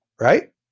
Right